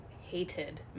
hated